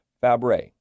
Fabre